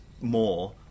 more